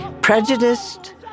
prejudiced